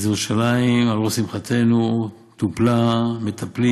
אז ירושלים על ראש שמחתנו טופלה, מטפלים